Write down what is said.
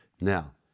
Now